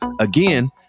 Again